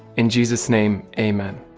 in jesus' name. amen.